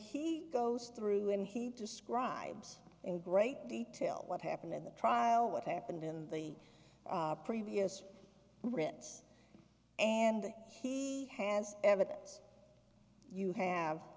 he goes through him he describes in great detail what happened in the trial what happened in the previous response and he has evidence you have